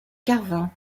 carvin